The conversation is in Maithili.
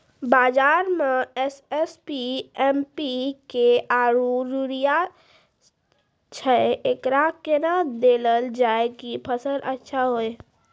बाजार मे एस.एस.पी, एम.पी.के आरु यूरिया छैय, एकरा कैना देलल जाय कि फसल अच्छा हुये?